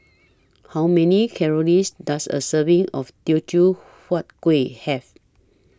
How Many Calories Does A Serving of Teochew Huat Kuih Have